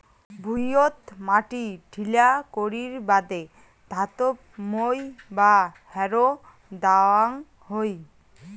ভুঁইয়ত মাটি ঢিলা করির বাদে ধাতব মই বা হ্যারো দ্যাওয়াং হই